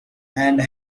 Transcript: and